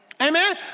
Amen